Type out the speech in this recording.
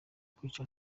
kwica